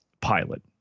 pilot